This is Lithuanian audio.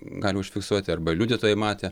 gali užfiksuoti arba liudytojai matė